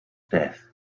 death